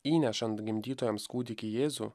įnešant gimdytojams kūdikį jėzų